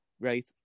Right